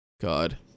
God